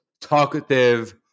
talkative